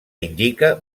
indica